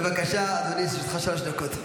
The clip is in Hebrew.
בבקשה, אדוני, לרשותך שלוש דקות.